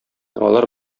алар